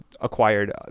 acquired